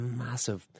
massive